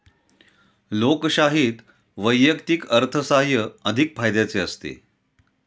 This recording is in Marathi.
लोकशाहीत वैयक्तिक अर्थसाहाय्य अधिक फायद्याचे असते